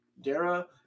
Dara